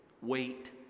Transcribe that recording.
wait